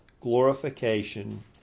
glorification